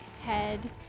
head